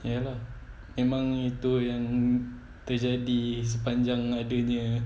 ya lah memang itu yang dia jadi sepanjang adanya